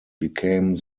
became